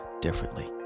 differently